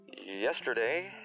Yesterday